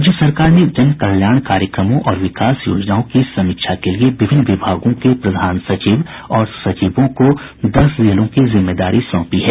राज्य सरकार ने जनकल्याण कार्यक्रमों और विकास योजनाओं की समीक्षा के लिए विभिन्न विभागों के प्रधान सचिव और सचिवों को दस जिलों की जिम्मेदारी सौंपी है